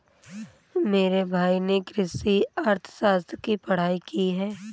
मेरे भाई ने कृषि अर्थशास्त्र की पढ़ाई की है